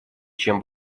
чем